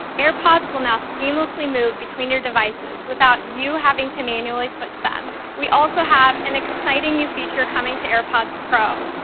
airpods will now seamlessly move between your devices without you having to manually switch them. we also have an exciting new feature coming to airpods pro,